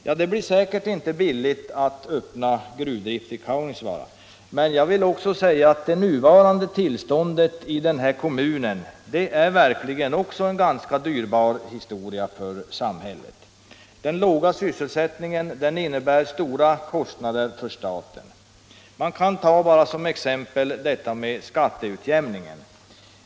Ja, det blir säkert inte billigt att börja gruvdrift i Kaunisvaara, men det nuvarande tillståndet i kommunen är verkligen också en dyrbar historia för samhället. Den låga sysselsättningen innebär stora kostnader för staten. Bara som ett exempel kan jag ta detta med skatteutjämningen.